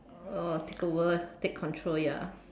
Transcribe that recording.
oh take over take control ya